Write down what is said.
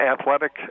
athletic